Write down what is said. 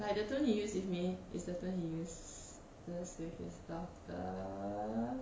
like the tone he use with me is the tone he use when he's with his daughter